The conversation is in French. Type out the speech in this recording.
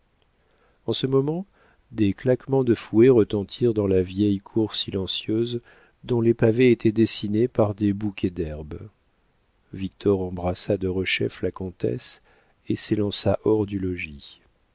en ce moment des claquements de fouet retentirent dans la vieille cour silencieuse dont les pavés étaient dessinés par des bouquets d'herbe victor embrassa derechef la comtesse et s'élança hors du logis